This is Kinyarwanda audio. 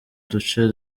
duce